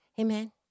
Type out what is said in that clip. Amen